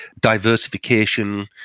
diversification